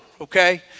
okay